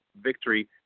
victory